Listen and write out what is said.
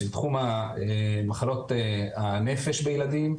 זה תחום המחלות הנפש בילדים.